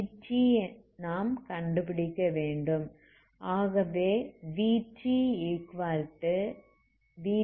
vt நாம் கண்டுபிடிக்கவேண்டும்